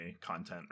content